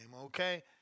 okay